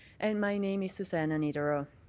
and my name is suzanna nedero.